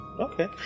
Okay